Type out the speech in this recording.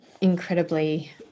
incredibly